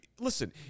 listen